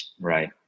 Right